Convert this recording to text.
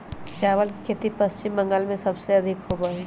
चावल के खेती पश्चिम बंगाल में सबसे अधिक होबा हई